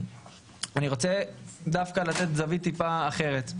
אני רוצה דווקא לתת זווית טיפה אחרת.